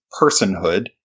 personhood